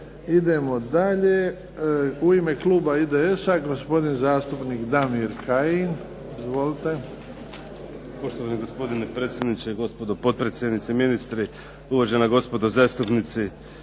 Idemo dalje. U ime kluba IDS-a gospodin zatupnik Damir Kajin. Izvolite. **Kajin, Damir (IDS)** Poštovani gospodine predsjedniče, gospodo potpredsjednici, ministri, uvažena gospodo zastupnici.